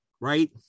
right